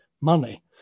money